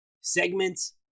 segments